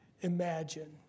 imagine